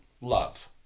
love